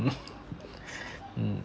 mm mm